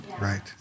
Right